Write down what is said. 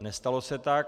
Nestalo se tak.